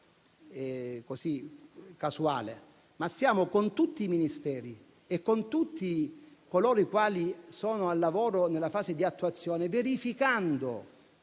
non è casuale. Con tutti i Ministeri e con tutti coloro i quali sono al lavoro nella fase di attuazione, stiamo verificando